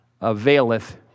availeth